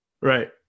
Right